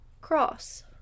Cross